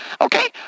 Okay